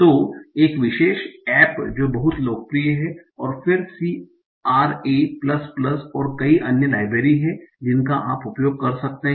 तो एक विशेष ऐप जो बहुत लोकप्रिय है और फिर CRA प्लस प्लस और कई अन्य लाइब्रेरी हैं जिनका आप उपयोग कर सकते हैं